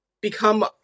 become